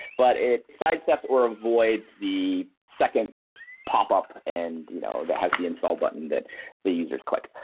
but it sidesteps or avoids the second popup and you know that has the install button that the users click.